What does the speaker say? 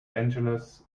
angeles